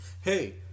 Hey